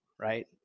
right